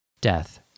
Death